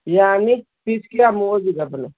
ꯌꯥꯅꯤ ꯄꯤꯁ ꯀꯌꯥꯃꯨꯛ ꯑꯣꯏꯕꯤꯔꯕꯅꯣ